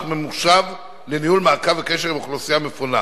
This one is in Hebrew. ממוחשב לניהול מעקב וקשר עם אוכלוסייה מפונה,